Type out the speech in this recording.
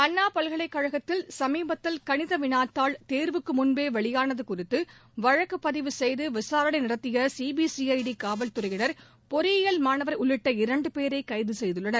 அண்ணா பல்கலைக்கழகத்தில் சமீபத்தில் கணித வினாத்தாள் தேர்வுக்கு முன்பே வெளியானது குறித்து வழக்கு பதிவு செய்து விசாரணை நடத்திய சிபிசிஐடி காவல்துறையினர் பொறியியல் மாணவர் உள்ளிட்ட இரண்டு பேரை கைது செய்துள்ளனர்